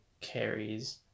carries